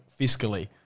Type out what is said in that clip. fiscally